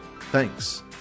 Thanks